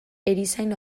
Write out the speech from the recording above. erizain